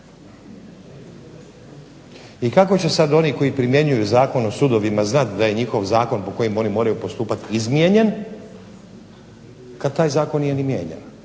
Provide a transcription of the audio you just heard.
I kako će sada oni koji primjenjuju Zakon o sudovima znati da je njihov zakon po kojem oni moraju postupati izmijenjen kada taj zakon nije ni mijenjan